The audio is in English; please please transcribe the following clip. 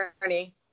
journey